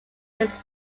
his